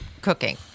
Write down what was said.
cooking